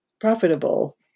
profitable